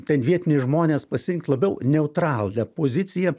ten vietiniai žmonės pasirinkt labiau neutralią poziciją